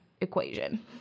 equation